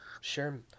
sure